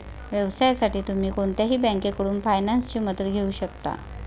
व्यवसायासाठी तुम्ही कोणत्याही बँकेकडून फायनान्सची मदत घेऊ शकता